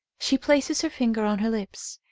she places her finger on her lips.